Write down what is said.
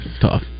tough